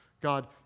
God